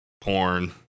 Porn